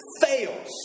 fails